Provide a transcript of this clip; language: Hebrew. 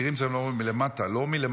התחקירים זה מלמטה, לא מלמעלה.